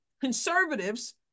conservatives